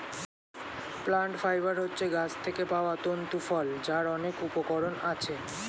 plant fibre হচ্ছে গাছ থেকে পাওয়া তন্তু ফল যার অনেক উপকরণ আছে